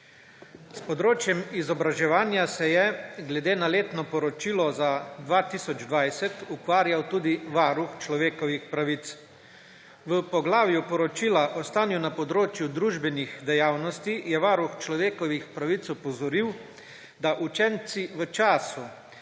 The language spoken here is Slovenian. S področjem izobraževanja se je glede na letno poročilo za 2020 ukvarjal tudi Varuh človekovih pravic. V poglavju poročila o stanju na področju družbenih dejavnosti je Varuh človekovih pravic opozoril, da učenci v času,